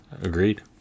Agreed